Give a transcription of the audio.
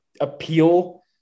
appeal